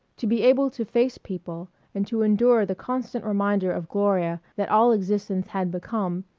to be able to face people and to endure the constant reminder of gloria that all existence had become,